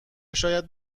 شاید